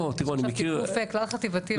יש עכשיו תיקוף כלל חטיבתי.